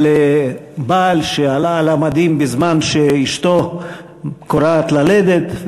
על בעל שעלה על המדים בזמן שאשתו כורעת ללדת,